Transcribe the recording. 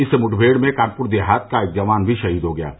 इस मुठमेड़ में कानपुर देहात का एक जवान भी शहीद हो गया है